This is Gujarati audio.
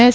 એસ